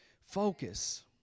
Focus